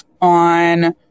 on